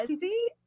see